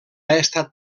estat